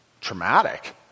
traumatic